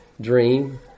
dream